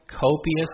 copious